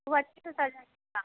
खूब अच्छे से सजाइएगा